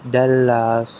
Dallas